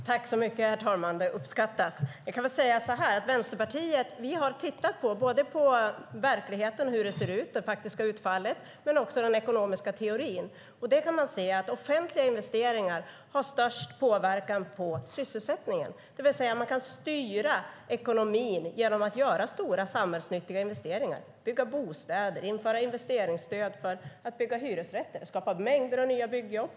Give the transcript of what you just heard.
Herr talman! Tack, det uppskattas! I Vänsterpartiet har vi tittat både på verkligheten, det praktiska utfallet, och på den ekonomiska teorin. Man kan se att offentliga investeringar har störst påverkan på sysselsättningen. Det vill säga att man kan styra ekonomin genom att göra stora samhällsnyttiga investeringar, bygga bostäder och att införa investeringsstöd för att bygga hyresrätter. Det skapar mängder av nya byggjobb.